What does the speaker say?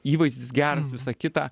įvaizdis geras visa kita